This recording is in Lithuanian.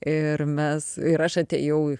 ir mes ir aš atėjau